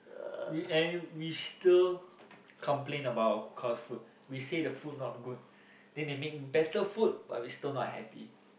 we and we still complain about our cookhouse food we said the food not good then they make better food but we still not happy